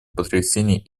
потрясений